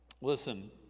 listen